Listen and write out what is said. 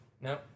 No